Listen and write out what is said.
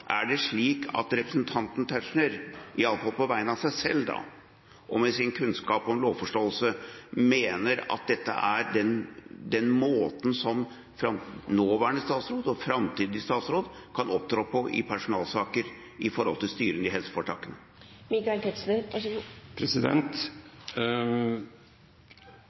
Er det slik at representanten Tetzschner – i alle fall på vegne av seg selv og med sin kunnskap om lovforståelse – mener at dette er den måten som nåværende statsråd og framtidige statsråd skal opptre på i personalsaker i styrene i